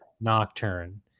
nocturne